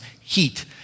heat